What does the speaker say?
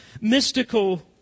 mystical